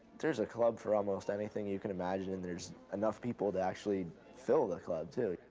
there's a club for almost anything you can imagine. and there's enough people that actually fill the club, too.